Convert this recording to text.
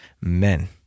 men